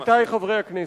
עמיתי חברי הכנסת,